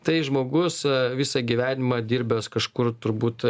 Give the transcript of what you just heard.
tai žmogus visą gyvenimą dirbęs kažkur turbūt